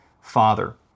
Father